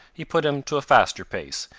he put him to a faster pace,